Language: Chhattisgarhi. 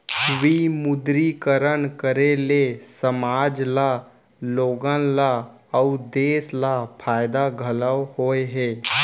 विमुद्रीकरन करे ले समाज ल लोगन ल अउ देस ल फायदा घलौ होय हे